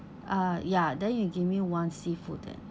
ah ya then you give me one seafood then